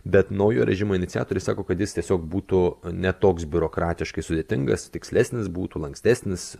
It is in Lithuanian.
bet naujo režimo iniciatoriai sako kad jis tiesiog būtų ne toks biurokratiškai sudėtingas tikslesnis būtų lankstesnis